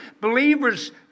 believers